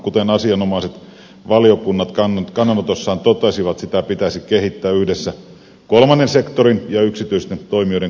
kuten asianomaiset valiokunnat kannanotossaan totesivat sitä pitäisi kehittää yhdessä kolmannen sektorin ja yksityisten toimijoiden kanssa